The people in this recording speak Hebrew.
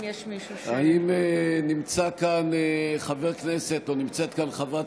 האם נמצא כאן חבר כנסת או נמצאת כאן חברת